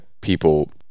people